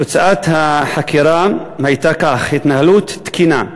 תוצאת החקירה הייתה כך, התנהלות תקינה.